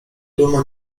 duma